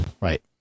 Right